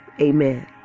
Amen